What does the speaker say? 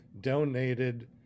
donated